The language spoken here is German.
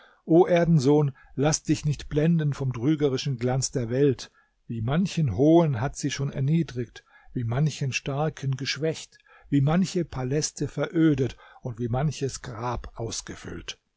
o erdensohn laß dich nicht blenden vom trügerischen glanz der welt wie manchen hohen hat sie schon erniedrigt wie manchen starken geschwächt wie manche paläste verödet und wie manches grab ausgefüllt